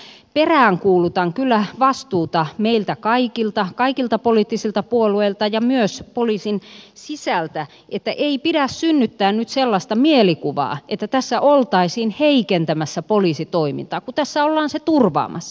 ja tässä peräänkuulutan kyllä vastuuta meiltä kaikilta kaikilta poliittisilta puolueilta ja myös poliisin sisältä että ei pidä synnyttää nyt sellaista mielikuvaa että tässä oltaisiin heikentämässä poliisitoimintaa kun tässä ollaan se turvaamassa